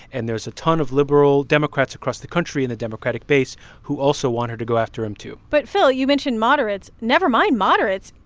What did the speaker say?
and there's a ton of liberal democrats across the country in the democratic base who also want her to go after him, too but, phil, you mention moderates never mind moderates.